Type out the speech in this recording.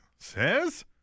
Says